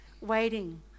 waiting